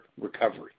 recovery